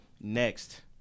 next